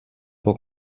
bock